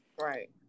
Right